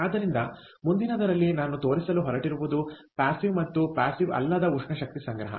ಆದ್ದರಿಂದ ಮುಂದಿನದರಲ್ಲಿ ನಾನು ತೋರಿಸಲು ಹೊರಟಿರುವುದು ಪ್ಯಾಸಿವ್ ಮತ್ತು ಪ್ಯಾಸಿವ್ಅಲ್ಲದ ಉಷ್ಣ ಶಕ್ತಿ ಸಂಗ್ರಹ